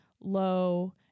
low